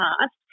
past